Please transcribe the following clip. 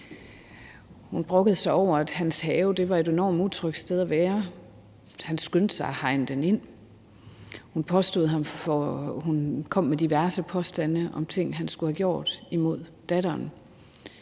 Hun brokkede sig over, at hans have var et enormt utrygt sted at være. Han skyndte sig at hegne den ind. Hun kom med diverse påstande om ting, han skulle have gjort imod datteren.